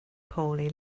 poorly